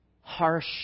harsh